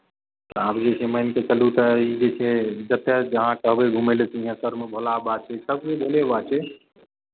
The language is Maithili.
आब जे छै मानि कऽ चलू तऽ ई जे छै जतय जहाँ कहबै घुमय लए सिंहेश्वरमे भोला बाबा छै सभ कोइ भोले बाबा छै